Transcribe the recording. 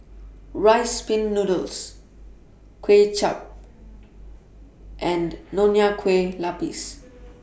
Rice Pin Noodles Kway Chap and Nonya Kueh Lapis